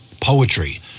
poetry